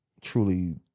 truly